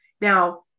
Now